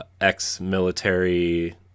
Ex-military